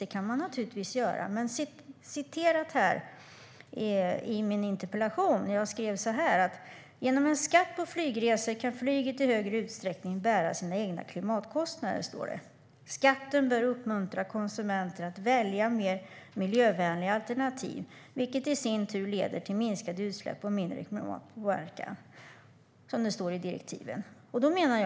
Men i direktivet, som jag citerar i min interpellation, står det så här: "Genom en skatt på flygresor kan flyget i högre utsträckning bära sina egna klimatkostnader. Skatten bör uppmuntra konsumenter att välja mer miljövänliga alternativ, vilket i sin tur leder till minskade utsläpp och mindre klimatpåverkan."